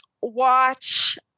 watch